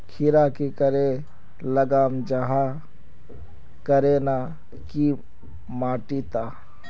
खीरा की करे लगाम जाहाँ करे ना की माटी त?